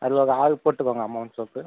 அது ஒரு ஆறு போட்டுக்கோங்க ஹமாம் சோப்பு